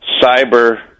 cyber